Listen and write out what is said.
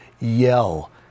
yell